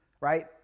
Right